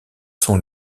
sont